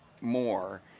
more